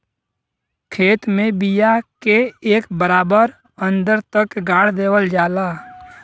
खेत में बिया के एक बराबर अन्दर तक गाड़ देवल जाला